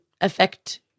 affect